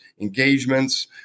engagements